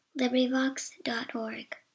LibriVox.org